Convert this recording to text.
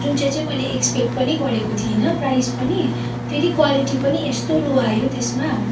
जुन चाहिँ चाहिँ मैले एक्सपेक्ट पनि गरेको थिइनँ प्राइज पनि फेरि क्वालिटी पनि यस्तो लो आयो त्यसमा